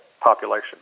population